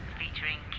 featuring